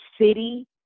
city